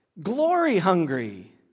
glory-hungry